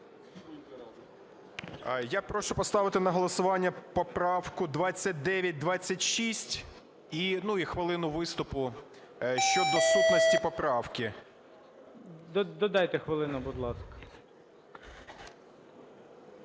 Я прошу поставити на голосування поправку 2926, ну і хвилину виступу щодо сутності поправки. ГОЛОВУЮЧИЙ. Додайте хвилину, будь ласка.